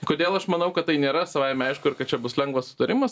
kodėl aš manau kad tai nėra savaime aišku ir kad čia bus lengvas sutarimas